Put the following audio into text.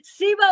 SIBO